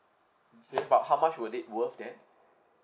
okay but how much would it worth then